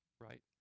right